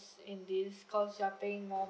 in this because you are paying more